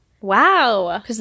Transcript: Wow